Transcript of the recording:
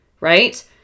right